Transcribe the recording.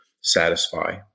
satisfy